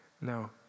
no